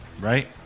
Right